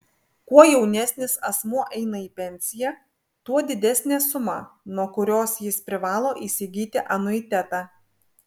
kuo jaunesnis asmuo eina į pensiją tuo didesnė suma nuo kurios jis privalo įsigyti anuitetą